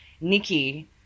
Nikki